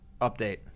update